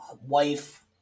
Wife